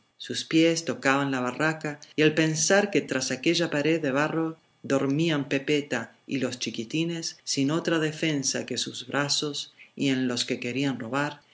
sus pies tocaban la barraca y al pensar que tras aquella pared de barro dormían pepeta y los chiquitines sin otra defensa que sus brazos y en los que querían robar